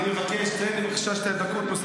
אולי תפסיק להגן עליו?